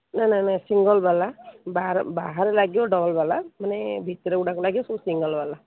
ନାଁ ନାଁ ସିଙ୍ଗଲ୍ ବାଲା ବାହାରେ ଲାଗିବ ଡବଲ୍ ବାଲା ମାନେ ଭିତରେ ଗୁଡ଼ା ସବୁ ଲାଗିବ ସିଙ୍ଗଲ୍ ବାଲା